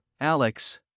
Alex